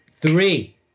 Three